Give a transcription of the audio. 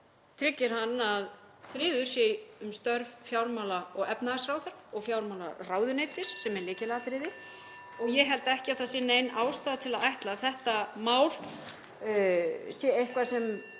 tryggir hann að friður sé um störf fjármála- og efnahagsráðherra og fjármálaráðuneytis sem er lykilatriði (Forseti hringir.) og ég held ekki að það sé nein ástæða til að ætla að þetta mál sé eitthvað sem